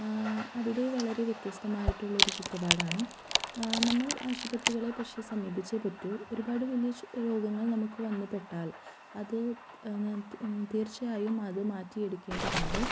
അവിടെ വളരെ വ്യത്യസ്തമായിട്ടുള്ളൊരു ചുറ്റുപാടാണ് നമ്മള് ആശുപത്രികളെ പക്ഷെ സമീപിച്ചേ പറ്റു ഒരുപാട് വലിയ രോഗങ്ങള് നമുക്ക് വന്നുപെട്ടാല് അത് തീര്ച്ചയായും അത് മാറ്റി എടുക്കേണ്ടതുണ്ട്